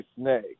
snake